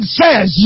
says